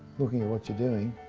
looking at what you're doing,